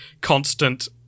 constant